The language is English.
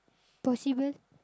possible